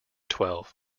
twelve